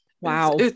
wow